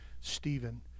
Stephen